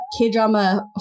K-drama